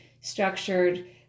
structured